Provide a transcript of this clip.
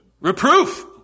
Reproof